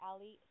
Ali